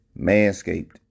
Manscaped